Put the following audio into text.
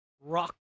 rock